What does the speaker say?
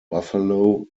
buffalo